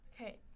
Okay